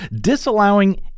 disallowing